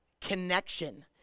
Connection